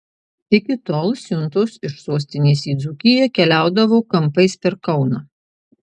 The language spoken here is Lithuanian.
iki tol siuntos iš sostinės į dzūkiją keliaudavo kampais per kauną